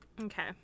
Okay